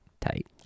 tight